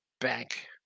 bank